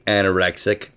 Anorexic